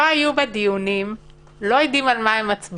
לא היו בדיונים, לא יודעים על מה הם מצביעים,